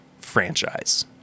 franchise